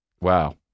Wow